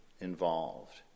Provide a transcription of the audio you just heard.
involved